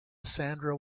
sandra